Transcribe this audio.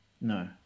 No